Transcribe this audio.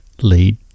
lead